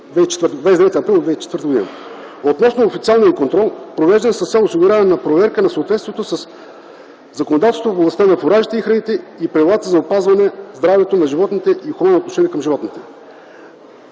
относно официалния контрол, провеждан с цел осигуряване на проверка на съответствието със законодателството в областта на фуражите и храните и правилата за опазване здравето на животните и хуманното отношение към животните.